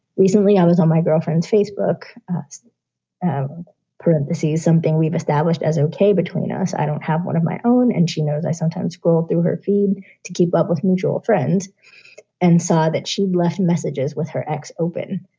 recently, i was on my girlfriend's facebook parentheses, something we've established as ok between us. i don't have one of my own and she knows i sometimes scrolled through her feed to keep up with mutual friend and saw that she'd left messages with her ex open.